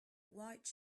white